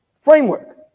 framework